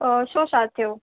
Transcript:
अ छो छा थियो